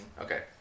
Okay